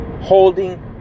Holding